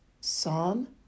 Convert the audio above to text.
Psalm